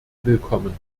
willkommen